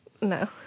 No